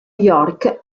york